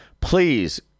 Please